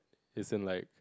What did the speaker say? as in like